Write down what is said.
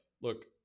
Look